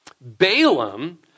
Balaam